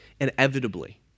inevitably